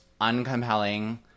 uncompelling